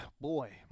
boy